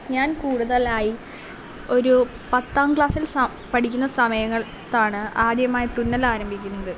ഞാൻ കൂടുതലായും ഒരു പത്താം ക്ലാസ്സിൽ സ പഠിക്കുന്ന സമയങ്ങളിലാണ് ആദ്യമായി തുന്നൽ ആരംഭിക്കുന്നത്